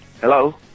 hello